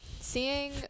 seeing